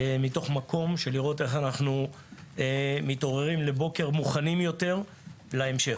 מתוך מקום של לראות איך אנחנו מתעוררים לבוקר מוכנים יותר להמשך.